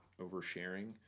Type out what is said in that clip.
oversharing